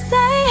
Say